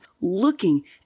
looking